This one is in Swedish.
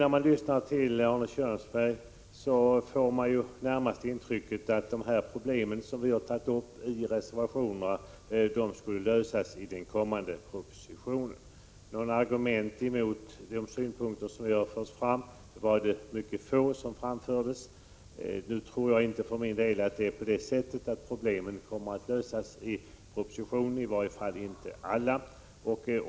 När man lyssnar till Arne Kjörnsberg får man närmast intrycket att de problem som vi har tagit upp i reservationerna skulle lösas i den kommande propositionen. Det var mycket få argument som framfördes mot våra synpunkter. Nu tror jag för min del inte att problemen kommer att lösas i propositionen, i varje fall inte alla.